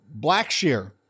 Blackshear